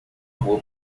rua